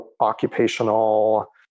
occupational